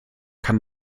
kann